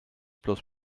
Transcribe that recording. plus